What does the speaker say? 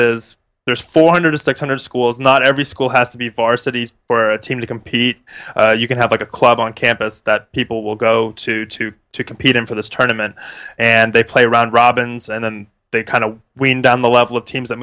is there's four hundred to six hundred schools not every school has to be far cities where a team to compete you can have a club on campus that people will go to two to compete in for this tournament and they play round robins and then they kind of wind down the level of teams that